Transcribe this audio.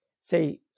say